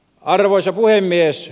arvoisa puhemies